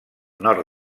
nord